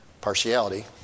partiality